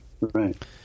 Right